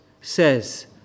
says